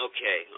Okay